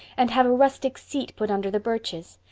and have a rustic seat put under the birches.